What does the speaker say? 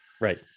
right